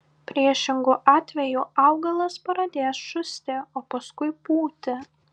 priešingu atveju augalas pradės šusti o paskui pūti